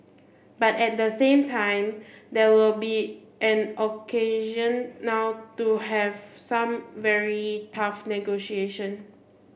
but at the same time there will be an occasion now to have some very tough negotiation